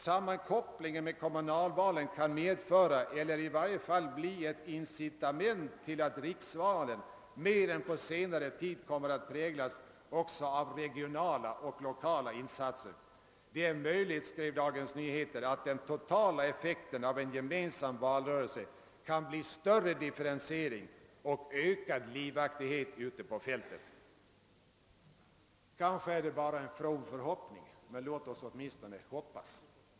Sammankopplingen med kommunalvalen kan medföra eller i varje fall bli ett incitament till att riksvalen mer än på senare tid kommer att präglas också av regionala och lokala insatser.» »Det är möjligt», skrev Dagens Nyheter, »att den totala effekten av en gemensam valrörelse kan bli större differentiering och ökad livaktighet ute på fältet.» Kanske är det bara en from förhoppning, men låt oss åtminstone hoppas.